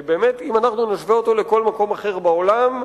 באמת, אם אנחנו נשווה אותו לכל מקום אחר בעולם,